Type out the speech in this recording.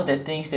!wah!